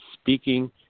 speaking